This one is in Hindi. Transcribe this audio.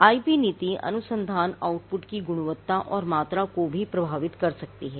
आईपी नीति अनुसंधान आउटपुट की गुणवत्ता और मात्रा को भी प्रभावित कर सकती है